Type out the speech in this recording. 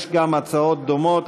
יש הצעות דומות,